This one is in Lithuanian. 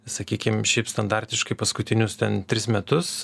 sakykim šiaip standartiškai paskutinius ten tris metus